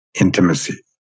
intimacy